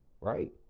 right